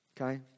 Okay